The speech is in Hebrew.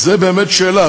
אז זאת באמת שאלה,